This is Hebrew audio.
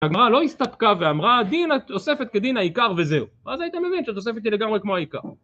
הגמרה לא הסתפקה ואמרה דין התוספת כדין העיקר וזהו ואז הייתם מבינים שהתוספת היא לגמרי כמו העיקר